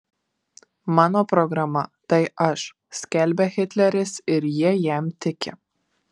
mano programa tai aš skelbia hitleris ir jie jam tiki